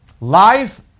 Life